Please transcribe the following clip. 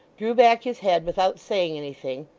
drew back his head without saying anything,